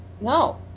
No